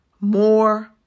more